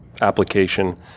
application